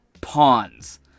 pawns